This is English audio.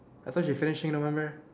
I thought she finish in november